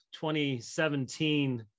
2017